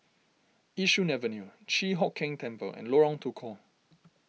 Yishun Avenue Chi Hock Keng Temple and Lorong Tukol